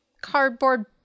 cardboard